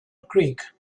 creek